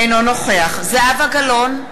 אינו נוכח זהבה גלאון,